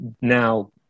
now